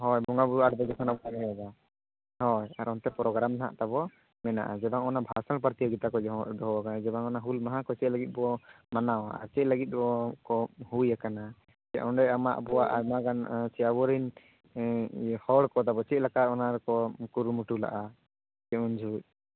ᱦᱳᱭ ᱵᱚᱸᱜᱟ ᱵᱩᱨᱩ ᱟᱸᱴ ᱵᱟᱡᱮ ᱠᱷᱚᱱ ᱵᱚ ᱮᱦᱚᱵᱟ ᱦᱳᱭ ᱟᱨ ᱚᱱᱛᱮ ᱯᱨᱳᱜᱨᱟᱢ ᱱᱟᱦᱟᱜ ᱛᱟᱵᱚ ᱢᱮᱱᱟᱜᱼᱟ ᱡᱮ ᱵᱟᱝ ᱚᱱᱟ ᱵᱷᱟᱥᱚᱱ ᱯᱨᱚᱛᱤᱡᱳᱜᱤᱛᱟ ᱠᱚ ᱫᱚᱦᱚ ᱟᱠᱟᱱᱟ ᱡᱮ ᱵᱟᱝᱼᱟ ᱦᱩᱞ ᱢᱟᱦᱟ ᱠᱚ ᱪᱮᱫ ᱞᱟᱹᱜᱤᱫ ᱵᱚ ᱢᱟᱱᱟᱣᱟ ᱟᱨ ᱪᱮᱫ ᱞᱟᱹᱜᱤᱫ ᱵᱚ ᱠᱚ ᱦᱩᱭᱟᱠᱟᱱᱟ ᱚᱸᱰᱮ ᱟᱢᱟᱜ ᱟᱵᱚᱣᱟᱜ ᱟᱭᱢᱟ ᱜᱟᱱ ᱪᱮ ᱟᱵᱚᱨᱤᱱ ᱦᱚᱲ ᱠᱚᱫᱚ ᱟᱵᱚ ᱪᱮᱫᱞᱮᱠᱟ ᱚᱱᱟ ᱠᱚ ᱠᱩᱨᱩᱢᱩᱴᱩ ᱞᱮᱜᱼᱟ ᱩᱱ ᱡᱚᱦᱱᱜ